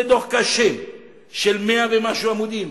זה דוח קשה של 100 ומשהו עמודים